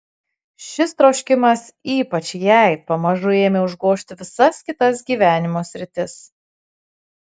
šis troškimas ypač jai pamažu ėmė užgožti visas kitas gyvenimo sritis